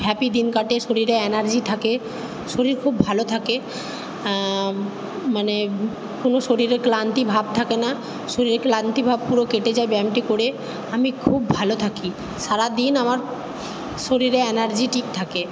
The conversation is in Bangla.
হ্যাপি দিন কাটে শরীরে এনার্জি থাকে শরীর খুব ভালো থাকে মানে কোনো শরীরে ক্লান্তিভাব থাকে না শরীরে ক্লান্তিভাব পুরো কেটে যায় ব্যায়ামটি করে আমি খুব ভালো থাকি সারা দিন আমার শরীরে এনার্জি ঠিক থাকে